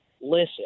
Listen